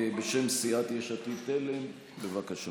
בשם סיעת יש עתיד-תל"ם, בבקשה.